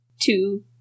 Two